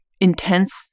intense